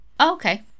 Okay